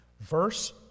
Verse